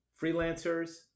freelancers